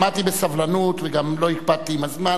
שמעתי בסבלנות וגם לא הקפדתי על הזמן